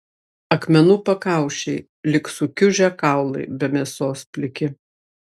akmenų pakaušiai lyg sukiužę kaulai be mėsos pliki